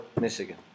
Michigan